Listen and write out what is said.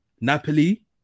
Napoli